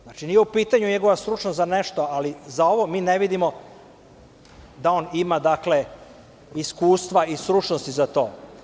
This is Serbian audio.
Znači, nije u pitanju njegova stručnost za nešto, ali za ovo mi ne vidimo da on ima iskustva i stručnosti za to.